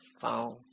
phone